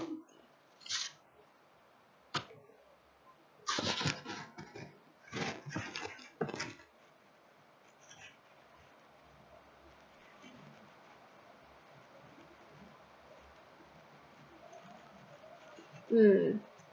mm